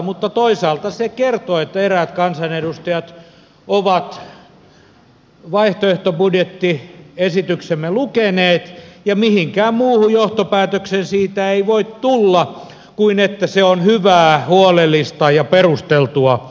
mutta toisaalta se kertoo että eräät kansanedustajat ovat vaihtoehtobudjettiesityksemme lukeneet ja mihinkään muuhun johtopäätökseen siitä ei voi tulla kuin että se on hyvää huolellista ja perusteltua työtä